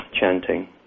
chanting